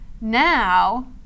Now